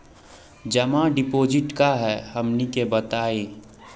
जमा डिपोजिट का हे हमनी के बताई?